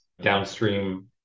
downstream